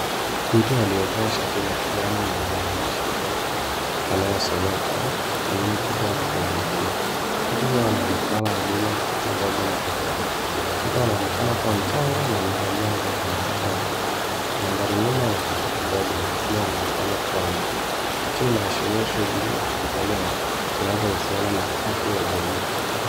Mtu aliyevaa shati la kijani lenye maandishi meupe yanayosomeka, community health volunteer. Mtu huyo anaonekana amebeba mtoto mdogo mgongoni. Mtoto anaonekana kuwa mchanga na amevalia nguo zenye michoro. Mandhari nyuma yamefichwa kidogo lakini yanaonekana kuwa nje. Picha inaashiria shughuli za kujitolea zinazohusiana na afya ya jamii.